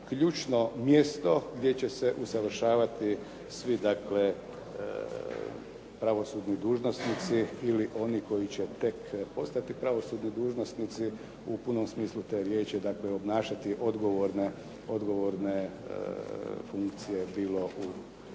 ključno mjesto gdje će se usavršavati svi dakle pravosudni dužnosnici ili oni koji će tek postati pravosudni dužnosnici u punom smislu te riječi, dakle obnašati odgovorne funkcije bilo u